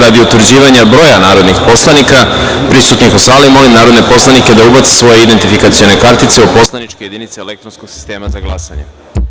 Radi utvrđivanja broja narodnih poslanika prisutnih u sali, molim narodne poslanike da ubace svoje identifikacione kartice u poslaničke jedinice elektronskog sistema za glasanje.